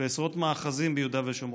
ועשרות מאחזים ביהודה ושומרון.